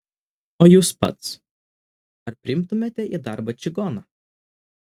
o jūs pats ar priimtumėte į darbą čigoną